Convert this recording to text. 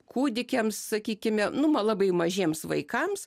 kūdikiams sakykime nu va labai mažiems vaikams